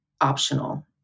optional